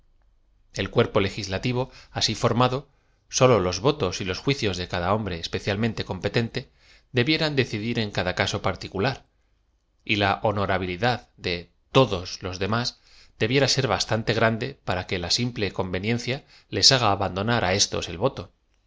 el cuerpo legislativo asi forma do sólo lob votos los juicios de cada hombre espe cialmente competente debieran decidir en cada caso particular la honorabilidad de todos los demás de biera ser bastante grande para que la simple conve nencia les haga abandonar á éstos el voto